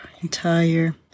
entire